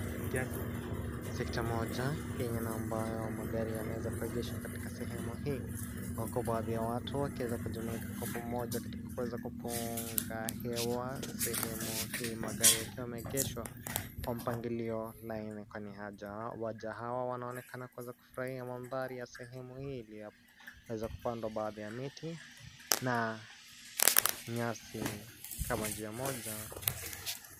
sekta moja yenye ni ambayo magari yanayoweza kuengeshwa katika sehemu hii uku baadhi ya watu wakiweza kujumuika pamoja katika kuweza kupunga hewa sehemu hii magari yakiwa yameengeshwa kwa mpangilio wa laini kwani waja, waja hawa wanaonekana kufurahia madhari ya sehemu hili ilioweza kupandwa baadhi ya miti na nyasi kama njia moja.